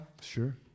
Sure